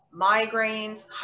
migraines